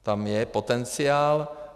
Tam je potenciál.